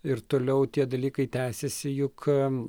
ir toliau tie dalykai tęsiasi juk